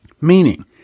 Meaning